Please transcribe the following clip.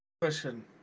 question